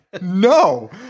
no